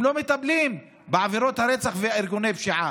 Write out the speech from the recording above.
הם לא מטפלים בעבירות רצח וארגוני פשיעה.